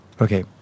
Okay